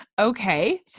Okay